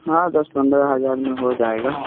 हाँ दस पंद्रह हज़ार में हो जाएगा